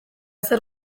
zer